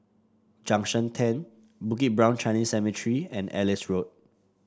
Junction Ten Bukit Brown Chinese Cemetery and Ellis Road